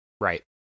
Right